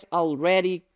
already